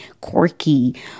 quirky